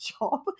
job